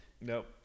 Nope